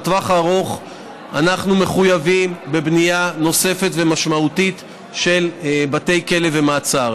לטווח הארוך אנחנו מחויבים בבנייה נוספת ומשמעותית של בתי כלא ומעצר.